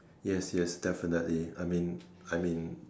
yes yes definitely I mean I mean